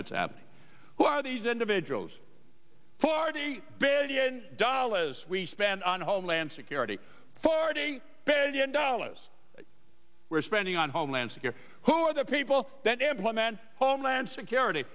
what's happening who are these individuals forty billion dollars we spend on homeland security forty bedu dollars we're spending on homeland secure who are the people that employment homeland security